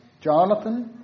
Jonathan